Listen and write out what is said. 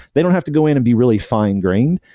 they don't have to go in and be really fine-grained.